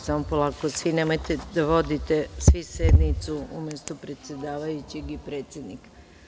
Samo polako, nemojte da vodite svi sednicu umesto predsedavajućeg i predsednika.